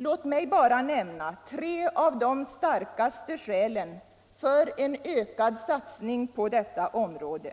Låt mig bara nämna tre av de starkaste skälen för en ökad satsning på detta område,